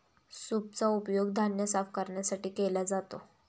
सूपचा उपयोग धान्य साफ करण्यासाठी केला जातो